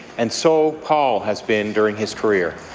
and so paul has been during his career.